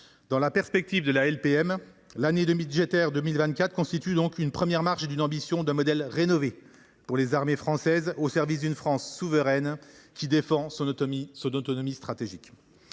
Dans la perspective de la LPM, l’année budgétaire 2024 constitue donc une première marche vers un modèle rénové pour les armées françaises, au service d’une France souveraine qui défend son autonomie stratégique.